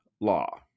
law